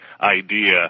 idea